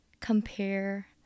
compare